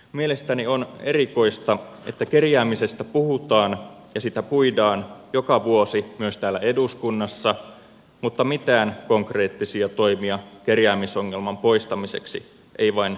mielestäni on erikoista että kerjäämisestä puhutaan ja sitä puidaan joka vuosi myös täällä eduskunnassa mutta mitään konkreettisia toimia kerjäämisongelman poistamiseksi ei vain jostakin syystä tunnu löytyvän